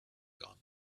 gone